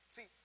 See